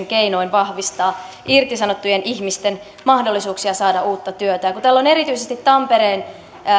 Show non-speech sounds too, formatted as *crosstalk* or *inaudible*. *unintelligible* keinoin vahvistaa irtisanottujen ihmisten mahdollisuuksia saada uutta työtä kun täällä erityisesti